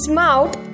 mouth